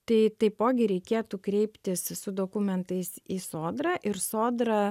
tai taipogi reikėtų kreiptis su dokumentais į sodrą ir sodra